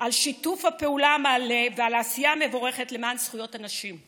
על שיתוף הפעולה המלא ועל העשייה המבורכת למען זכויות הנשים,